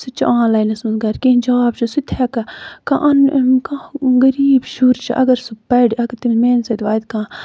سُہ تہِ چھُ آنلَینَس منٛز کرِ کیٚنہہ جاب چھُ سُہ تہِ ہیٚکان کانٛہہ کانٛہہ غریٖب شُر اَگر سُہ پَرِ اَگر تٔمِس میانہِ سۭتۍ واتہِ کانٛہہ